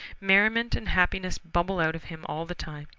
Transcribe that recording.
merriment and happiness bubble out of him all the time,